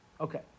Okay